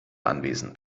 anwesend